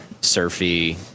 surfy –